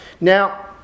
Now